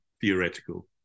theoretical